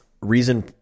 Reason